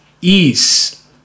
Ease